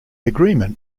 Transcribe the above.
agreement